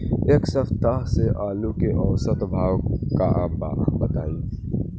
एक सप्ताह से आलू के औसत भाव का बा बताई?